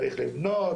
צריכים לבנות,